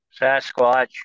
Sasquatch